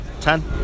ten